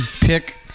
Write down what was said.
Pick